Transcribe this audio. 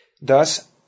Thus